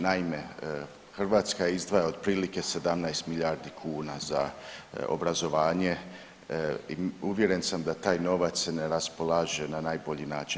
Naime, Hrvatska izdvaja otprilike 17 milijardi kuna za obrazovanje i uvjeren sam da taj novac ne raspolaže na najbolji način.